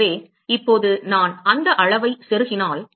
எனவே இப்போது நான் அந்த அளவைச் செருகினால்